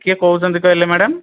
କିଏ କହୁଛନ୍ତି କହିଲେ ମ୍ୟାଡ଼ାମ୍